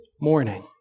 morning